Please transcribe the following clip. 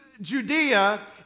Judea